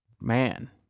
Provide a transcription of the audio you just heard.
Man